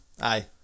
Aye